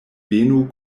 venu